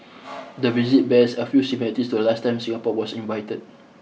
the visit bears a few similarities to the last time Singapore was invited